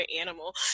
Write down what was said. animal